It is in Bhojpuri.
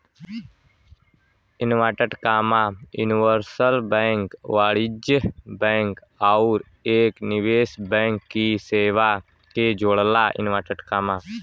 यूनिवर्सल बैंक वाणिज्यिक बैंक आउर एक निवेश बैंक की सेवा के जोड़ला